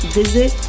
visit